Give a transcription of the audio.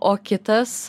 o kitas